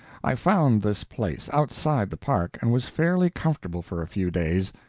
i found this place, outside the park, and was fairly comfortable for a few days,